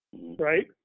right